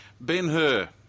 Ben-Hur